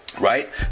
right